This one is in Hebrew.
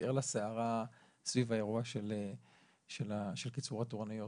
ער לסערה סביב האירוע של קיצור התורנויות.